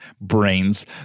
brains